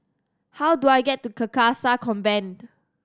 how do I get to Carcasa Convent